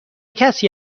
کسی